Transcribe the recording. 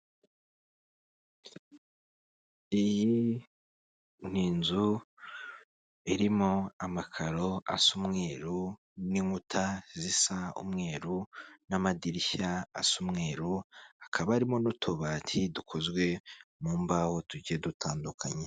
Iyi ni inzu irimo amakaro asa umweru n'inkuta zisa umweru, n'amadirishya asa umweru, hakaba harimo n'utubati dukozwe mu mbaho, tugiye dutandukanye.